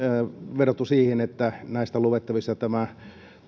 vedottu siihen että näistä on luettavissa tämä